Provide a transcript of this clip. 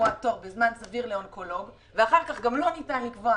לקבוע תור בזמן סביר לאונקולוג ואחר כך לא ניתן לקבוע